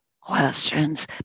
questions